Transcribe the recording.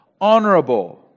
honorable